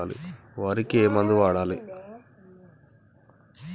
వరికి ఏ మందు వాడాలి?